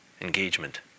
Engagement